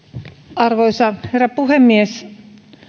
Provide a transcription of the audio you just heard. arvoisa herra puhemies